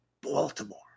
Baltimore